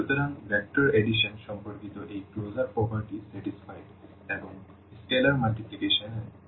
সুতরাং vector addition সম্পর্কিত এই ক্লোজার প্রপার্টি সন্তুষ্ট এবং স্কেলার মাল্টিপ্লিকেশন এর জন্যও